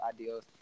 ideas